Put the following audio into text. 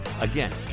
Again